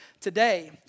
today